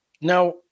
Now